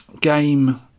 game